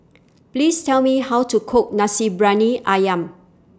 Please Tell Me How to Cook Nasi Briyani Ayam